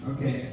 Okay